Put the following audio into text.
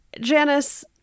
Janice